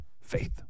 Faith